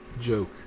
Joke